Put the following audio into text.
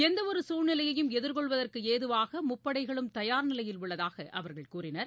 எந்த ஒரு சூழ்நிலையையும் எதிர்கொள்வதற்கு ஏதுவாக முப்படைகளும் தயார் நிலையில் உள்ளதாக அவர்கள் கூறினர்